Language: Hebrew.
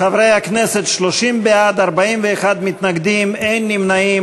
חברי הכנסת, 30 בעד, 41 מתנגדים, אין נמנעים.